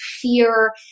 fear